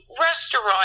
restaurant